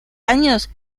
años